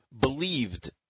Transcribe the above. believed